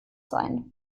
sein